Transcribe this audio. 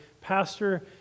pastor